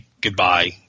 goodbye